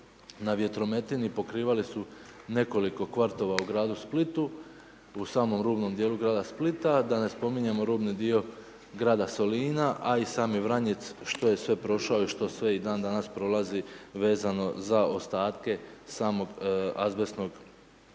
na vjetrometini, pokrivali su nekoliko kvartova u Gradu Splitu, u samom rubnom dijelu Grada Splita, da ne spominjemo rubni dio Grada Solina, a i sami Vranjic što je sve prošao i što sve i dan danas prolazi vezano za ostatke samog azbestnog